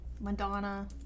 Madonna